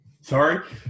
Sorry